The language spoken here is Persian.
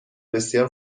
بسیار